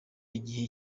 igihe